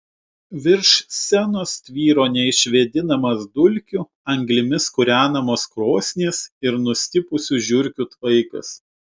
virš scenos tvyro neišvėdinamas dulkių anglimis kūrenamos krosnies ir nustipusių žiurkių tvaikas